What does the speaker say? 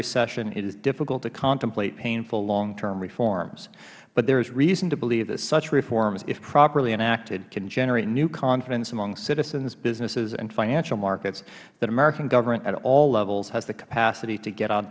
recession it is difficult to contemplate painful long term reforms but there is reason to believe that such reforms if properly enacted can generate new confidence among citizens businesses and financial markets that american government at all levels has the capacity to get on